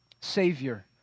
Savior